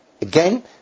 Again